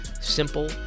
simple